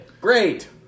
Great